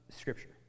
Scripture